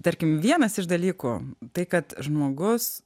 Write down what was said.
tarkim vienas iš dalykų tai kad žmogus